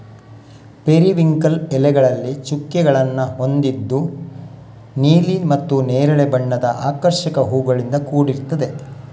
periwinkle ಎಲೆಗಳಲ್ಲಿ ಚುಕ್ಕೆಗಳನ್ನ ಹೊಂದಿದ್ದು ನೀಲಿ ಮತ್ತೆ ನೇರಳೆ ಬಣ್ಣದ ಆಕರ್ಷಕ ಹೂವುಗಳಿಂದ ಕೂಡಿರ್ತದೆ